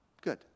Good